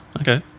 Okay